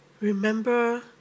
Remember